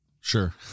Sure